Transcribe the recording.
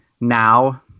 now